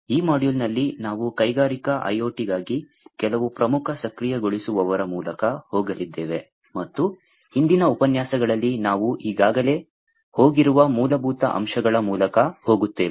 ಈ ಮಾಡ್ಯೂಲ್ನಲ್ಲಿ ನಾವು ಕೈಗಾರಿಕಾ IoT ಗಾಗಿ ಕೆಲವು ಪ್ರಮುಖ ಸಕ್ರಿಯಗೊಳಿಸುವವರ ಮೂಲಕ ಹೋಗಲಿದ್ದೇವೆ ಮತ್ತು ಹಿಂದಿನ ಉಪನ್ಯಾಸಗಳಲ್ಲಿ ನಾವು ಈಗಾಗಲೇ ಹೋಗಿರುವ ಮೂಲಭೂತ ಅಂಶಗಳ ಮೂಲಕ ಹೋಗುತ್ತೇವೆ